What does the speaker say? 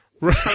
Right